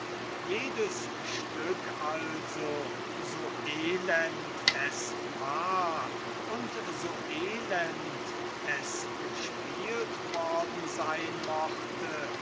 jedes stück also so elend es war und so elend es gespielt worden sein mochte